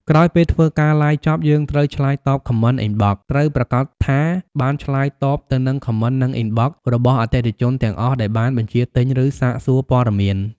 ក្រោយពេលធ្វើការឡាយចប់យើងត្រូវឆ្លើយតប Comment Inbox ត្រូវប្រាកដថាបានឆ្លើយតបទៅនឹង Comment និង Inbox របស់អតិថិជនទាំងអស់ដែលបានបញ្ជាទិញ ឬសាកសួរព័ត៌មាន។